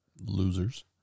Losers